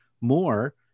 more